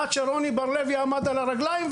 עד שרוני בר לוי עמד על הרגליים,